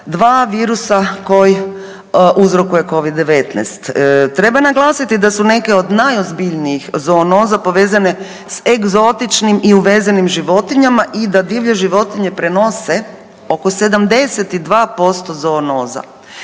virusa koji uzrokuje Covid-19. Treba naglasiti da su neke od najozbiljnijih zoonoza povezane s egzotičnim i uvezenim životinjama i da divlje životinje prenose oko 72% zoonoza.